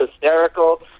hysterical